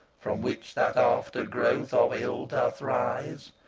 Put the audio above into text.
from which that after-growth of ill doth rise!